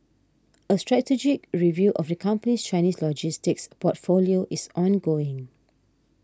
a strategic review of the company's Chinese logistics portfolio is ongoing